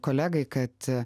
kolegai kad